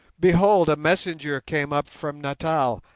behold! a messenger came up from natal,